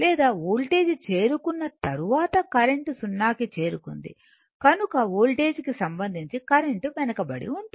లేదా వోల్టేజ్ చేరుకున్న తరువాత కరెంట్ 0 కి చేరుకుంది కనుక వోల్టేజ్ కి సంబంధించి కరెంట్ వెనుకబడి ఉంటుంది